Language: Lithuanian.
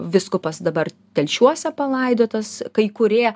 vyskupas dabar telšiuose palaidotas kai kurie